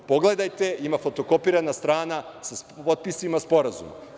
Pogledajte, ima fotokopirana strana sa potpisima sporazuma.